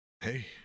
Hey